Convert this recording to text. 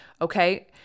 Okay